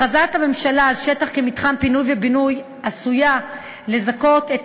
הכרזת הממשלה על שטח כמתחם פינוי ובינוי עשויה לזכות את